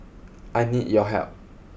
I need your help